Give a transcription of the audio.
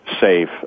safe